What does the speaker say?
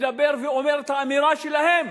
אף-על-פי שהוא מדבר ואומר את האמירה שלהם,